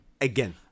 again